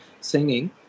singing